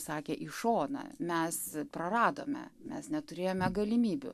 sakė į šoną mes praradome mes neturėjome galimybių